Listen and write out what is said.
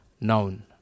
known